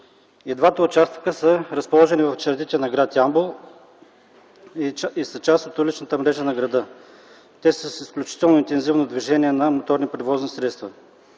двата участъка са разположени в чертите на гр. Ямбол и са част от уличната мрежа на града. Те са с изключително интензивно движение на моторни превозни средства.